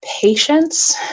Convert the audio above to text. patience